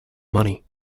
money